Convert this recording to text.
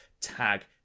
Tag